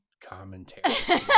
commentary